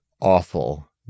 awful